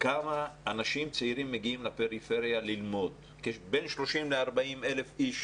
כמה אנשים צעירים מגיעים לפריפריה ללמוד: בין 30,000 40,000 אנשים